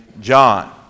John